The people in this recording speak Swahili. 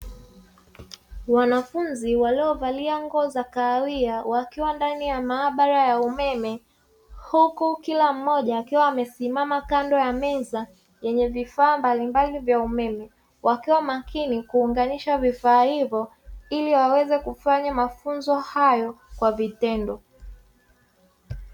Wanafunzi walio valia nguo za kahawia, wakiwa ndani ya maabara ya umeme, huku kila mmoja akiwa amesimama kandoo ya meza yenye vifaa mbalimbali ya umeme. Wakiwa makini kuunganisha vifaa hivyo, ili waweze kufanya mafunzo hayo kwa vitendo.